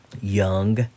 young